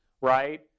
right